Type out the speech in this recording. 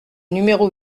numéro